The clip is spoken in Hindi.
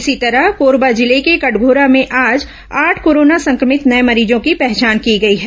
इसी तरह कोरबा जिले के कटघोरा में आज आठ कोरोना संक्रमित नये मरीजों की पहचान की गई है